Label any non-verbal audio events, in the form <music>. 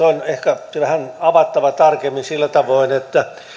<unintelligible> on ehkä avattava vähän tarkemmin sillä tavoin että